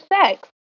sex